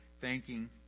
thanking